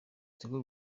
tigo